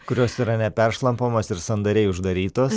kurios yra neperšlampamos ir sandariai uždarytos